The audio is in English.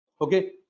Okay